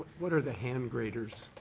what are the hand graders?